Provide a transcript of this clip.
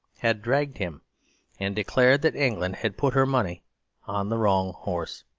had dragged him and declared that england had put her money on the wrong horse.